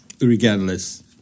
regardless